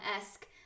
esque